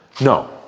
No